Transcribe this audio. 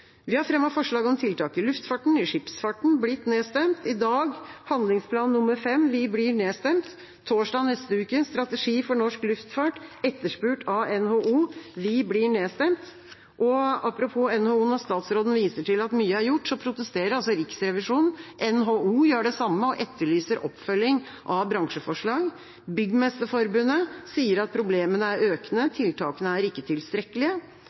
Vi har fremmet forslag om tiltak i luftfarten, i skipsfarten – blitt nedstemt. I dag når det gjelder handlingsplan nr. 5 – vi blir nedstemt. Torsdag neste uke når det gjelder strategi for norsk luftfart, etterspurt av NHO – vi blir nedstemt. Og apropos NHO: Når statsråden viser til at mye er gjort, protesterer altså Riksrevisjonen. NHO gjør det samme og etterlyser oppfølging av bransjeforslag. Byggmesterforbundet sier at problemene er økende, tiltakene er ikke tilstrekkelige.